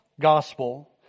gospel